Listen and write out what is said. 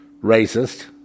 Racist